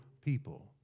people